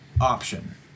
option